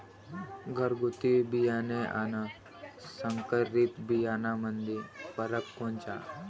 घरगुती बियाणे अन संकरीत बियाणामंदी फरक कोनचा?